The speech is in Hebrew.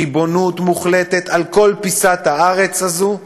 ריבונות מוחלטת על כל פיסה בארץ הזאת,